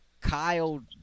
Kyle